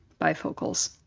bifocals